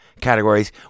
categories